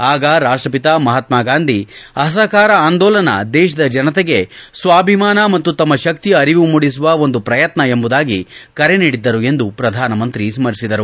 ಆಗ ರಾಷ್ಷಚಿತ ಮಹಾತ್ಮ ಗಾಂಧಿ ಅಸಹಾರ ಆಂದೋಲನ ದೇಶದ ಜನತೆಗೆ ಸ್ನಾಭಿಮಾನ ಮತ್ತು ತಮ್ಮ ಶಕ್ತಿಯ ಅರಿವು ಮೂಡಿಸುವ ಒಂದು ಪ್ರಯತ್ನ ಎಂಬುದಾಗಿ ಕರೆ ನೀಡಿದ್ದರು ಎಂದು ಪ್ರಧಾನಮಂತ್ರಿ ಸ್ಪರಿಸಿದರು